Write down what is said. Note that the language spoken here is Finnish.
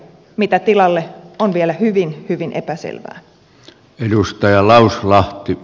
mitä tilalle se on vielä hyvin hyvin epäselvää